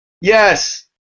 Yes